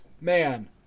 Man